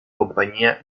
compañía